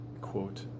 quote